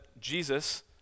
Jesus